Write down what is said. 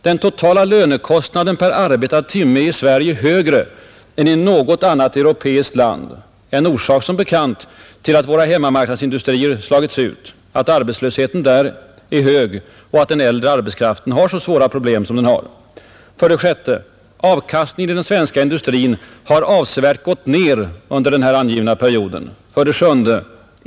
Den totala lönekostnaden per arbetad timme är i Sverige högre än i något annat europeiskt land, en orsak som bekant till att våra hemmamarknadsindustrier slagits ut, att arbetslösheten där är hög och att den äldre arbetskraften har så svåra problem som den har. 6. Avkastningen inom den svenska industrin har avsevärt gått ner under den angivna perioden. 7.